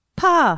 pa